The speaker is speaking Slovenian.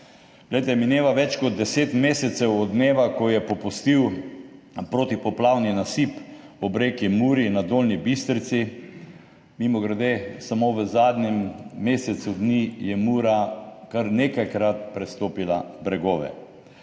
Vlade. Mineva več kot 10 mesecev od dneva, ko je popustil protipoplavni nasip ob reki Muri na Dolnji Bistrici. Mimogrede, samo v zadnjem mesecu dni je Mura kar nekajkrat prestopila bregove.